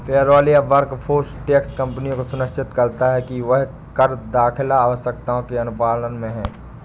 payroll या workforce tax कंपनियों को सुनिश्चित करता है कि वह कर दाखिल आवश्यकताओं के अनुपालन में है